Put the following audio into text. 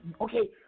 okay